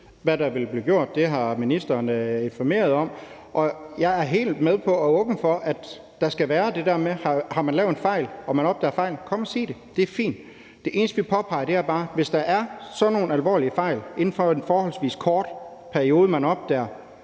hvad der vil blive gjort; det har ministeren informeret om. Og jeg er helt med på og åben over for, at der skal være det der med, at har man lavet en fejl og opdager man fejlen, skal man komme og sige det; det er fint. Det eneste, vi påpeger, er bare, at hvis man opdager, at der har været sådan nogle alvorlige fejl inden for en forholdsvis kort periode, vil vi gerne